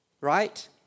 right